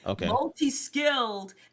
multi-skilled